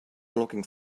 looking